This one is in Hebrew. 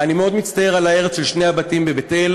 אני מאוד מצטער על ההרס של שני הבתים בבית-אל.